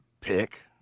pick